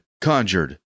conjured